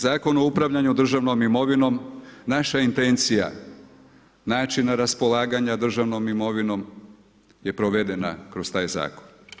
Zakon o upravljanju državnom imovinom, naša intencija načina raspolaganja državnom imovino je provedena kroz taj zakon.